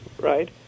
right